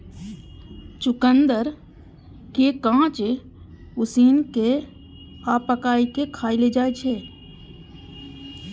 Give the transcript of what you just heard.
चुकंदर कें कांच, उसिन कें आ पकाय कें खाएल जाइ छै